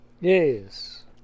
Yes